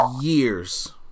years